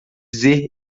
dizer